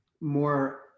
more